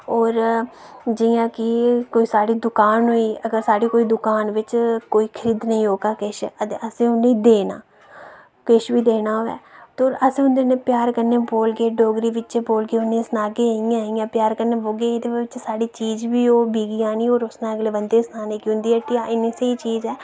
होर जियां कि साढ़ी कोई दुकान होई अगर कोई साढ़ी दुकान बिच्च कोई खरीदने गी औग ते असैं उनेंगी देना किश बी दोना होऐ ते अस उंदे कन्नै डोगरी च बोलगे प्यार कन्नै बोलगे सनागे इयां इयां प्यार कन्नै बौह्दे साढ़ी चीज बी बिकी जानी और अगले बंदे गीबी सनाना कि इंदियां हट्टिया इन्नी स्हेई चीज ऐ